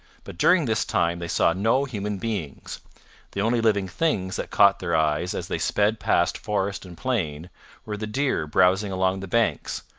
but during this time they saw no human beings the only living things that caught their eyes as they sped past forest and plain were the deer browsing along the banks,